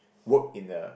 work in a